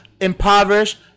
impoverished